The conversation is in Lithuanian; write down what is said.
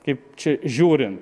kaip čia žiūrint